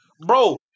Bro